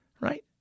Right